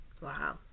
Wow